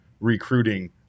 recruiting